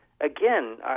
Again